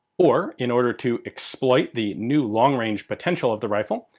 or, in order to exploit the new long-range potential of the rifle,